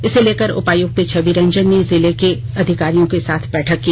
इसे लेकर उपायुक्त छविरंजन ने जिले के अधिकारियों के साथ बैठक की